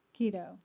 keto